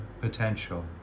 potential